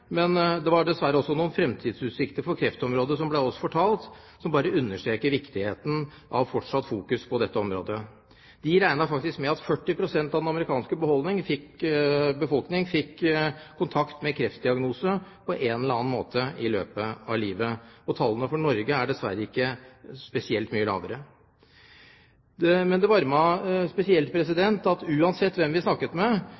men det var dessverre også noen framtidsutsikter for kreftområdet som ble oss fortalt, som bare understreker viktigheten av fortsatt oppmerksomhet mot dette området. De regnet faktisk med at 40 pst. av den amerikanske befolkning fikk kontakt med en kreftdiagnose på en eller annen måte i løpet av livet. Tallene for Norge er dessverre ikke spesielt mye lavere. Men det varmet spesielt at uansett hvem vi snakket med,